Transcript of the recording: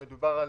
מדובר על